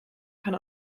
kann